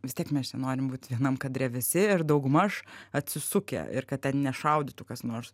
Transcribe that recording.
vis tiek mes čia norim būt vienam kadre visi ir daugmaž atsisukę ir kad ten nešaudytų kas nors